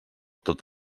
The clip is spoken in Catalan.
tot